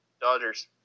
Dodgers